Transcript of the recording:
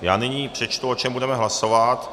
Já nyní přečtu, o čem budeme hlasovat.